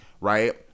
Right